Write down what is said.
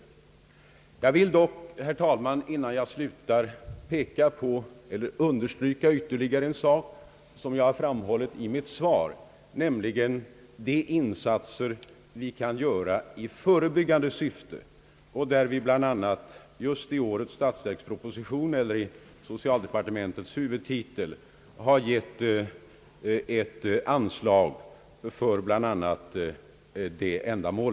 Innan jag slutar detta inlägg, herr talman, vill jag ytterligare understryka något som jag har framhållit i mitt svar, nämligen de insatser vi kan göra i förebyggande syfte. Till det ändamålet föreslås i år ett anslag under socialdepartementets huvudtitel.